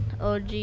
OG